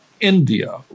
India